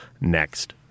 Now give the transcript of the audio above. next